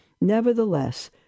Nevertheless